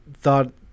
thought